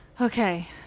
Okay